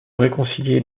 réconcilier